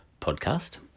Podcast